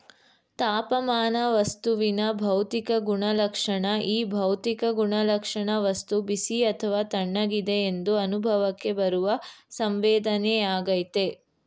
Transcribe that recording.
ತಾಪಮಾನ ವಸ್ತುವಿನ ಭೌತಿಕ ಗುಣಲಕ್ಷಣ ಈ ಭೌತಿಕ ಗುಣಲಕ್ಷಣ ವಸ್ತು ಬಿಸಿ ಅಥವಾ ತಣ್ಣಗಿದೆ ಎಂದು ಅನುಭವಕ್ಕೆ ಬರುವ ಸಂವೇದನೆಯಾಗಯ್ತೆ